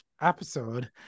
episode